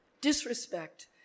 Disrespect